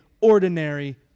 ordinary